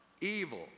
evil